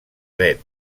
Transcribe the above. dret